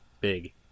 big